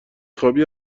خوابی